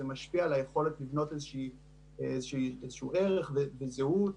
זה משפיע על היכולת לבנות איזה שהוא ערך וזהות.